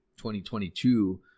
2022